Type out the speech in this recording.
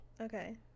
Okay